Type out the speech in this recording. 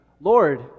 Lord